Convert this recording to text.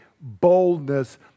boldness